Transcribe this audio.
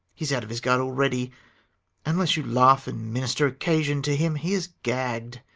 he's out of his guard already unless you laugh and minister occasion to him, he is gagg'd.